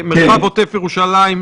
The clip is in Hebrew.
מרחב עוטף ירושלים,